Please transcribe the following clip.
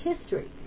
history